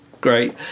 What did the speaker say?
great